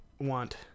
want